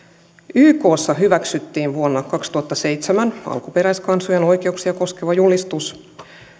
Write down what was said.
ykssa hyväksyttiin vuonna kaksituhattaseitsemän alkuperäiskansojen oikeuksia koskeva julistus